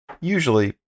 Usually